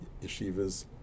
yeshivas